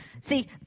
See